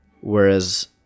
whereas